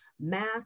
Math